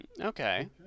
Okay